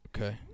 Okay